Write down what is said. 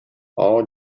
all